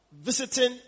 visiting